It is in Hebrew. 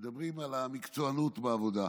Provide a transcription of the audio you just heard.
מדברים על המקצוענות בעבודה,